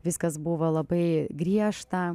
viskas buvo labai griežta